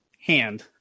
hand